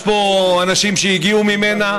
יש פה אנשים שהגיעו ממנה,